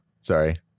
Sorry